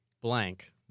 Blank